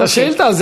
את השאילתה.